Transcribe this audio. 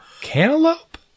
cantaloupe